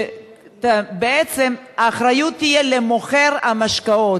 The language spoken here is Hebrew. שבעצם האחריות תהיה של מוכר המשקאות.